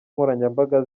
nkoranyambaga